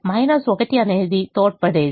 1 అనేది తోడ్పడేది